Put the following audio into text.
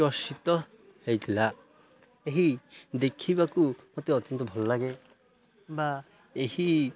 ପ୍ରର୍ସିତ ହୋଇଥିଲା ଏହି ଦେଖିବାକୁ ମୋତେ ଅତ୍ୟନ୍ତ ଭଲ ଲାଗେ ବା ଏହି